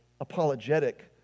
apologetic